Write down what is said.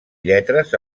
lletres